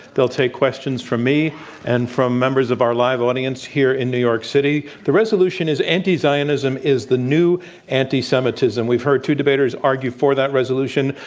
they'll take questions from me and from members of our live audience here in new york city. the resolution is anti-zionism is the new anti-semitism. we've heard two debaters argue for that resolution,